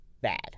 Bad